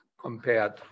compared